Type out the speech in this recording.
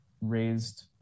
raised